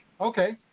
Okay